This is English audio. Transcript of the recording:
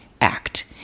act